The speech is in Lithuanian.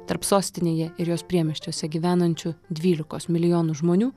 tarp sostinėje ir jos priemiesčiuose gyvenančių dvylikos milijonų žmonių